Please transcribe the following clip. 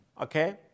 Okay